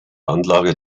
anlage